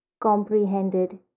comprehended